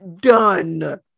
Done